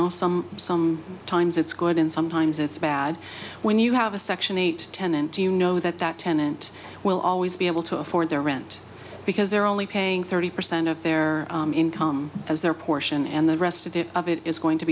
know some some times it's good and sometimes it's bad when you have a section eight tenant do you know that that tenant will always be able to afford their rent because they're only paying thirty percent of their income as their portion and the rest a bit of it is going to